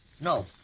No